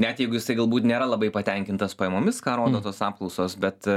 net jeigu jisai galbūt nėra labai patenkintas pajamomis ką rodo tos apklausos bet